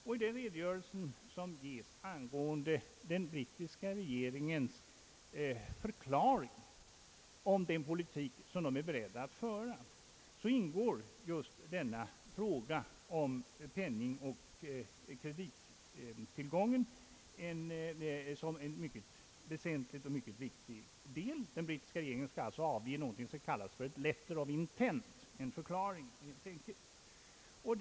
I den redogörelse som ges angående den brittiska regeringens förklaring rörande den politik, som den är beredd att föra, ingår just frågan om penningoch kredittillgången som en mycket väsentlig del. Den brittiska regeringen skall alltså avge någonting som kallas för »Letter of Intent» — en förklaring helt enkelt.